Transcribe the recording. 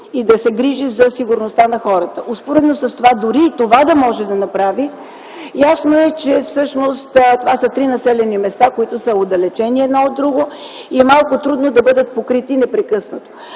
и да се грижи за сигурността на хората. Дори това да може да направи, ясно е, че това са три населени места, които са отдалечени едно от друго и е малко трудно да бъдат покрити непрекъснато.